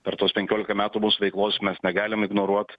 per tuos penkiolika metų mūsų veiklos mes negalim ignoruot